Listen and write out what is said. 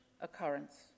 occurrence